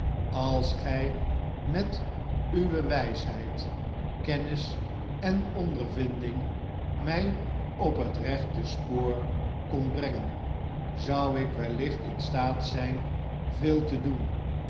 als gy met uwe wysheid kennis en ondervinding my op het rechte spoor kondet brengen zou ik wellicht in staat zyn veel te doen